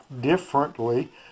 differently